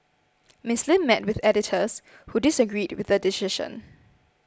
Miss Lim met with editors who disagreed with the decision